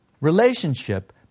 Relationship